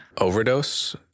Overdose